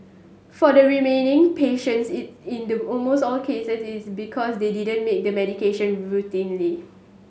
for the remaining patients in the almost all cases is because they didn't make the medication routinely